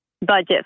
budget